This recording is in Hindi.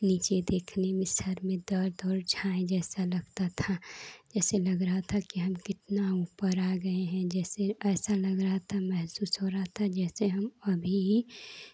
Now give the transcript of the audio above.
नीचे देखने में सर में दर्द और छांई जैसा लगता था जैसे लग रहा था कि हम कितना ऊपर आ गए हैं जैसे ऐसा लग रहा था महसूस हो रहा था जैसे हम अभी ही